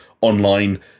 online